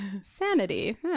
sanity